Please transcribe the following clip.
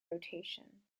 rotation